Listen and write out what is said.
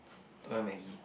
tom-yum maggie